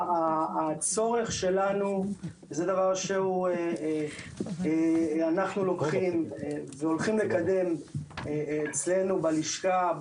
הצורך שלנו זה דבר שאנחנו לוקחים והולכים לקדם אצלנו בלשכה,